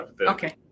Okay